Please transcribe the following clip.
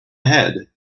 ahead